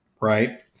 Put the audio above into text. right